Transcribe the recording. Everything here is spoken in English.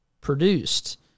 produced